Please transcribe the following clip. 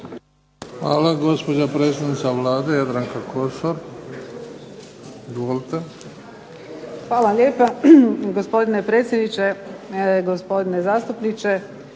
Hvala. Gospođa predsjednica Vlade Jadranka Kosor. **Kosor, Jadranka (HDZ)** Hvala lijepa. Gospodine predsjedniče, gospodine zastupniče.